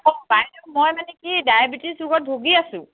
অঁ বাইদেউ মই মানে কি ডায়েবেটিছ ৰোগত ভুগি আছোঁ